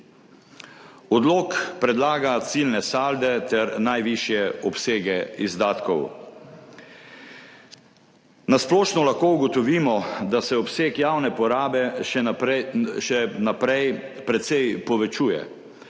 Odlok predlaga ciljne salde ter najvišje obsege izdatkov. Na splošno lahko ugotovimo, da se obseg javne porabe še naprej precej povečuje.